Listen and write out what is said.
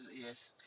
yes